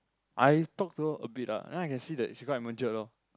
I talk to her a bit ah then I can see that she quite matured lor